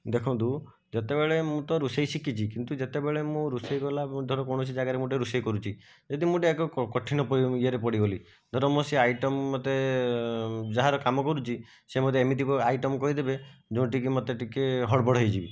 ଦେଖନ୍ତୁ ଯେତେବେଳେ ମୁଁ ତ ରୋଷେଇ ଶିଖିଛି କିନ୍ତୁ ଯେତେବେଳେ ମୁଁ ରୋଷେଇ କଲା ଧର କୌଣସି ଜାଗାରେ ମୁଁ ଗୋଟେ ରୋଷେଇ କରୁଛି ଯଦି ମୁଁ ଗୋଟେ ଏକ କଠିନ ଇଏରେ ପଡ଼ିଗଲି ଧର ମୋର ସେ ଆଇଟମ୍ ମୋତେ ଯାହାର କାମ କରୁଛି ସେ ମୋତେ ଏମିତି ଏକ ଆଇଟମ୍ କହିଦେବେ ଯେଉଁଟାକି ମୋତେ ଟିକେ ହଡ଼ବଡ଼ ହୋଇଯିବି